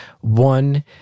One